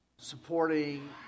supporting